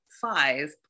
five